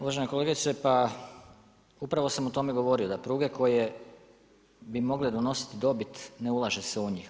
Uvažena kolegica, pa upravo sam o tome govorio. da pruge koje bi mogle donositi dobit, ne ulaže se u njih.